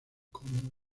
como